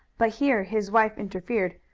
but here his wife interfered.